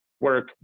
work